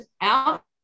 out